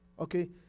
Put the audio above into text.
okay